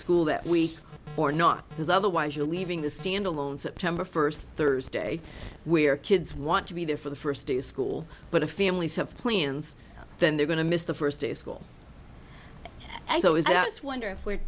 school that week or not because otherwise you're leaving the stand alone september first thursday where kids want to be there for the first day of school but the families have plans then they're going to miss the first day of school so is that it's wonder if we're